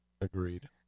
Agreed